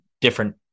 different